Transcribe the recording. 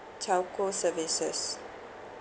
telco services